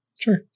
Sure